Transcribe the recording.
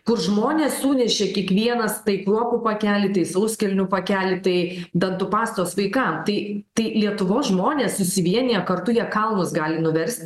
kur žmonės sunešė kiekvienas tai kruopų pakelį tai sauskelnių pakelį tai dantų pastos vaikam tai tai lietuvos žmonės susivieniję kartu jie kalnus gali nuverst